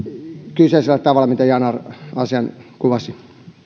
kyseisellä tavalla miten yanar asian kuvasi